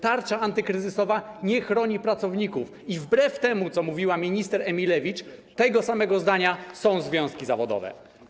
Tarcza antykryzysowa nie chroni pracowników i wbrew temu, co mówiła minister Emilewicz, tego samego zdania są związki zawodowe.